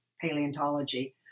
paleontology